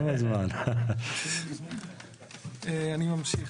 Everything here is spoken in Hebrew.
אני ממשיך.